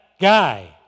guy